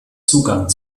zugang